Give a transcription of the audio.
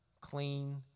clean